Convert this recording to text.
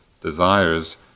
desires